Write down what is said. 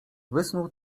wysnuł